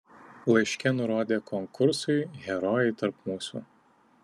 laiške nurodė konkursui herojai tarp mūsų